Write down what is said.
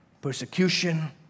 persecution